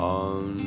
on